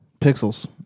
Pixels